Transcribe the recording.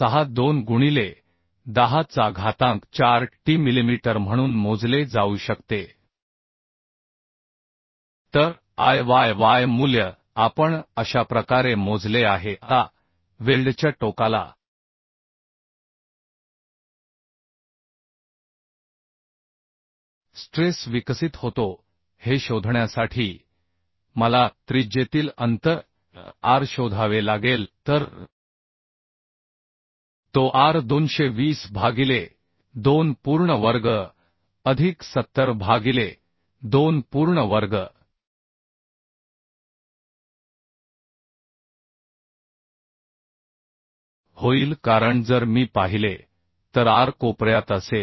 62 गुणिले 10 चा घातांक 4t मिलिमीटर म्हणून मोजले जाऊ शकते तर I yy मूल्य आपण अशा प्रकारे मोजले आहे आता वेल्डच्या टोकाला स्ट्रेस विकसित होतो हे शोधण्यासाठी मला त्रिज्येतील अंतर r शोधावे लागेल तर तो r 220 भागिले 2 पूर्ण वर्ग अधिक 70 भागिले 2 पूर्ण वर्ग होईल कारण जर मी पाहिले तर r कोपऱ्यात असेल